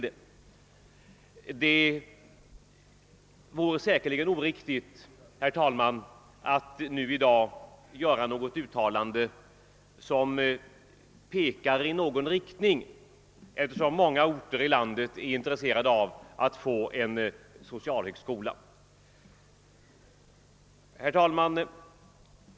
Det vore säkerligen oriktigt att i dag göra ett uttalande som pekar i någon riktning, eftersom många orter i landet är intresserade av att få en socialhögskola. Herr talman!